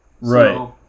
Right